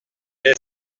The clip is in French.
est